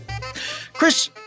Chris